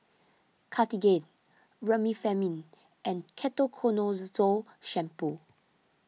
Cartigain Remifemin and Ketoconazole Shampoo